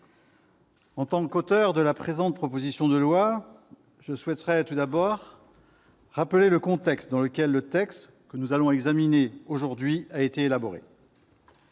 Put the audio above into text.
en tant qu'auteur de la présente proposition de loi, je souhaiterais tout d'abord rappeler le contexte dans lequel le texte que nous allons examiner a été élaboré